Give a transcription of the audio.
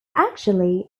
actually